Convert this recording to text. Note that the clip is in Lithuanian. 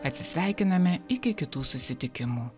atsisveikiname iki kitų susitikimų